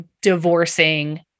divorcing